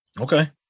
Okay